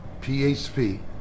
PHP